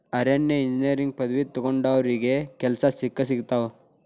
ಅರಣ್ಯ ಇಂಜಿನಿಯರಿಂಗ್ ಪದವಿ ತೊಗೊಂಡಾವ್ರಿಗೆ ಕೆಲ್ಸಾ ಸಿಕ್ಕಸಿಗತಾವ